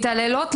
מתעללות,